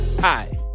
Hi